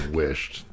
wished